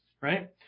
right